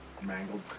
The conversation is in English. Mangled